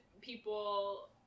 people